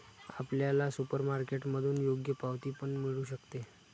आपल्याला सुपरमार्केटमधून योग्य पावती पण मिळू शकते